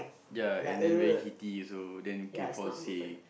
ya and then very heaty so then you can fall sick